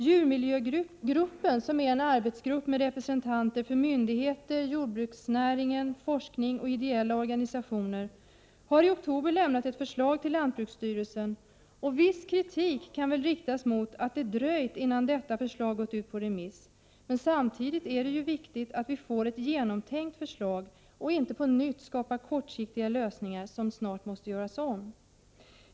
Djurmiljögruppen, som är en arbetsgrupp med representanter för myndigheter, jordbruksnäringen, forskning och ideella organisationer, har i oktober lämnat ett förslag till lantbruksstyrelsen, och viss kritik kan väl riktas mot att det dröjt, innan detta förslag gått ut på remiss. Samtidigt är det viktigt att vi får ett genomtänkt förslag och inte på nytt skapar kortsiktiga lösningar som snart måste göras om.